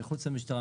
מחוץ למשטרה,